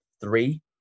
three